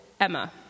Emma